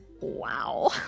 wow